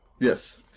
Yes